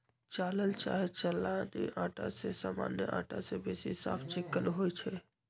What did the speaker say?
चालल चाहे चलानी अटा जे सामान्य अटा से बेशी साफ चिक्कन होइ छइ